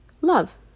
Love